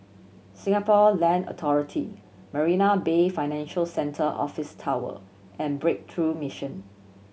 Singapore Land Authority Marina Bay Financial Centre Office Tower and Breakthrough Mission